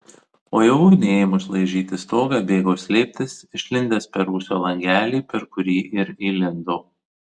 o jau ugniai ėmus laižyti stogą bėgo slėptis išlindęs per rūsio langelį per kurį ir įlindo